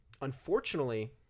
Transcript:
Unfortunately